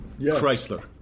Chrysler